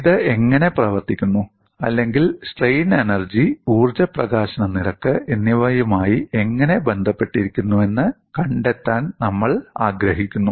ഇത് എങ്ങനെ പ്രവർത്തിക്കുന്നു അല്ലെങ്കിൽ സ്ട്രെയിൻ എനർജി ഊർജ്ജ പ്രകാശന നിരക്ക് എന്നിവയുമായി എങ്ങനെ ബന്ധപ്പെട്ടിരിക്കുന്നുവെന്ന് കണ്ടെത്താൻ നമ്മൾ ആഗ്രഹിക്കുന്നു